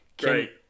Great